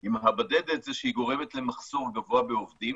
זה שהיא גורמת למחסור גבוה בעובדים.